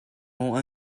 maw